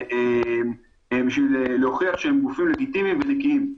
בשביל להוכיח שהם גופים לגיטימיים ונקיים.